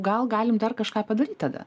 gal galim dar kažką padaryt tada